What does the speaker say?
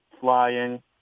flying